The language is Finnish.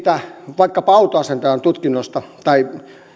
vaikkapa siitä autonasentajan tutkinnosta tai